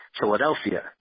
Philadelphia